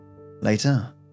Later